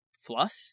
fluff